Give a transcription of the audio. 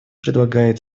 предлагает